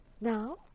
Now